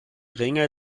ringe